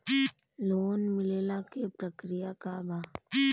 Loan मिलेला के प्रक्रिया का बा?